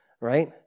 right